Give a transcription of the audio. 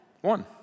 One